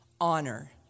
honor